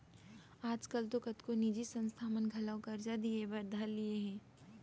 आज काल तो कतको निजी संस्था मन घलौ करजा दिये बर धर लिये हें